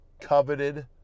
coveted